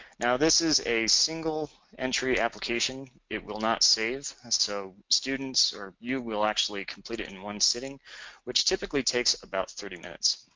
now, this is a single entry application it will not save and so students or you will actually completed in one sitting which typically takes about thirty minutes.